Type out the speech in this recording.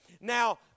now